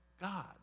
God